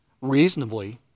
reasonably